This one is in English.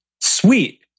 Sweet